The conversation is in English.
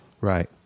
right